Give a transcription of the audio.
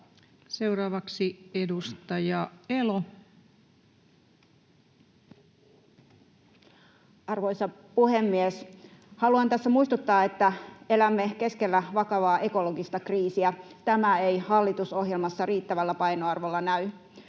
Seuraavaksi edustaja Elo. Arvoisa puhemies! Haluan tässä muistuttaa, että elämme keskellä vakavaa ekologista kriisiä. Tämä ei hallitusohjelmassa riittävällä painoarvolla näy.